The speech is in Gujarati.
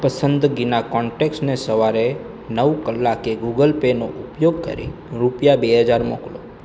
પસંદગીના કોન્ટેક્ટ્સને સવારે નવ કલાકે ગૂગલ પેનો ઉપયોગ કરી રૂપિયા બે હજાર મોકલો